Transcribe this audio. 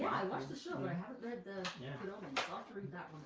i watched the show, but i haven't read the yeah good omens. i'll have to read that one